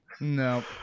No